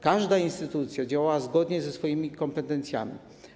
Każda instytucja działała zgodnie ze swoimi kompetencjami.